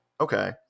Okay